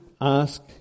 ask